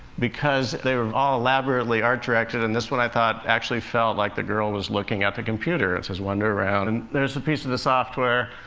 because they were all elaborately art-directed, and this one i thought actually felt like the girl was looking at the computer. it says, wonder around. and then it's a piece of the software.